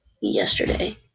yesterday